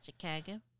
Chicago